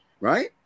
right